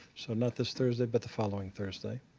so, not this thursday, but the following thursday.